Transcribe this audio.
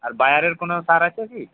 আর বায়ারের কোনো সার আছে কি